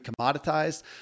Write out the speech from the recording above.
commoditized